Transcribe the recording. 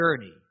journey